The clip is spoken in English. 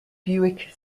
buick